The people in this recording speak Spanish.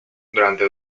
durante